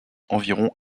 environ